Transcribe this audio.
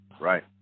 Right